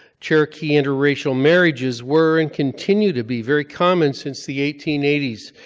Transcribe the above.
cherokee interracial marriages were and continue to be very common since the eighteen eighty s,